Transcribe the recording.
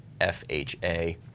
FHA